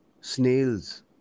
snails